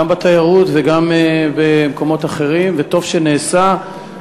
גם בתיירות וגם במקומות אחרים, וטוב שנעשה,